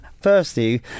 Firstly